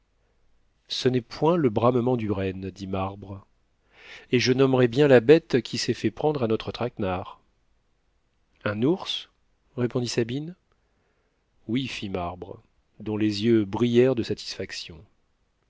ce n'est point le bramement du renne dit marbre et je nommerais bien la bête qui s'est fait prendre à notre traquenard un ours répondit sabine oui fit marbre dont les yeux brillèrent de satisfaction